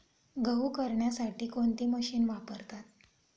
गहू करण्यासाठी कोणती मशीन वापरतात?